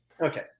Okay